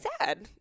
sad